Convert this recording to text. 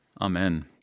Amen